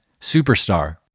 Superstar